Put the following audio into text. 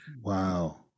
Wow